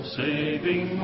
saving